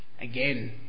Again